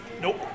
Nope